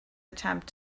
attempt